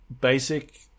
basic